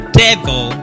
devil